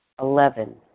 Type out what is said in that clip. Eleven